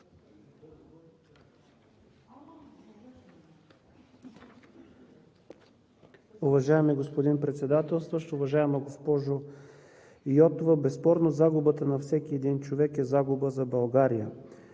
Уважаеми господин Председателстващ! Уважаема госпожо Йотова, безспорно загубата на всеки човек е загуба за България.